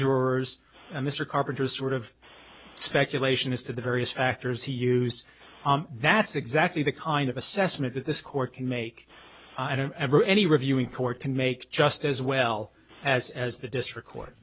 jurors and mr carpenter sort of speculation as to the various factors he use that's exactly the kind of assessment that this court can make i don't ever any reviewing court can make just as well as as the district court